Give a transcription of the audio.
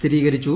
സ്ഥിരീകരിച്ചു